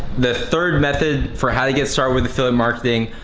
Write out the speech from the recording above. the third method for how to get started with affiliate marketing.